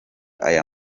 aya